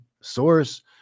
source